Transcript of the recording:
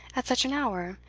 at such an hour,